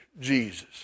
Jesus